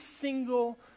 single